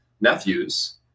nephews